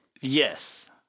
Yes